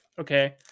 okay